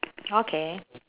okay